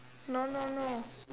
no no no